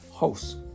house